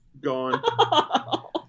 gone